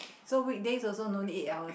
so weekdays also no need eight hours